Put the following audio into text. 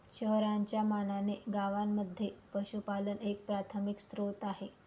शहरांच्या मानाने गावांमध्ये पशुपालन एक प्राथमिक स्त्रोत आहे